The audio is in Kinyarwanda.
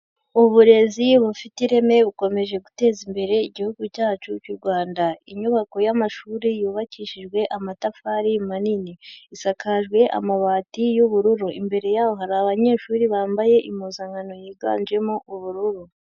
Uburezi bufite ireme bukomeje guteza imbere igihugu cyacu cy’u Rwanda. Inyubako y’amashuri yubakishijwe amatafari manini, isakajwe amabati y’ubururu, imbere y’aho hari abanyeshuri bambaye impuzankano yiganjemo ubururu.